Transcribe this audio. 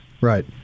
Right